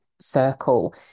circle